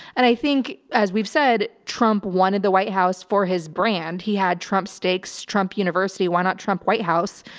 and i think as we've said, trump wanted the white house for his brand. he had trump steaks, trump university, why not trump white house.